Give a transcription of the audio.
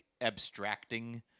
abstracting